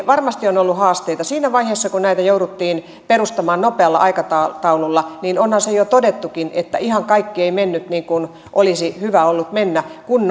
varmasti on ollut haasteita siinä vaiheessa kun näitä jouduttiin perustamaan nopealla aikataululla onhan se jo todettukin ihan kaikki ei mennyt niin kuin olisi hyvä ollut mennä kun